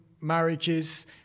marriages